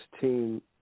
team